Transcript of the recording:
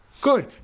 good